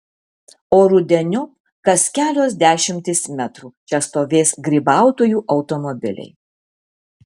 o rudeniop kas kelios dešimtys metrų čia stovės grybautojų automobiliai